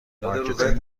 مارکتینگ